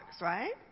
right